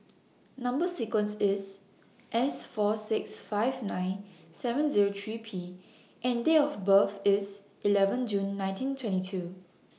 Number sequence IS S four six five nine seven Zero three P and Date of birth IS eleven June nineteen twenty two